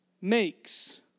makes